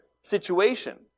situation